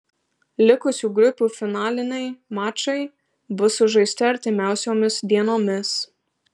likusių grupių finaliniai mačai bus sužaisti artimiausiomis dienomis